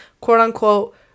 quote-unquote